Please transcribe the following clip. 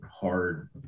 hard